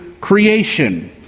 creation